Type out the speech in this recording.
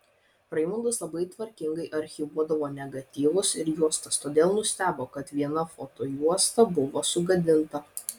raimundas labai tvarkingai archyvuodavo negatyvus ir juostas todėl nustebo kad viena fotojuosta buvo sugadinta